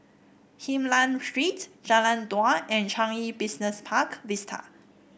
Hylam Street Jalan Dua and Changi Business Park Vista